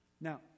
Now